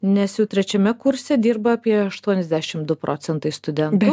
nes jau trečiame kurse dirba apie aštuoniasdešimt du procentai studentų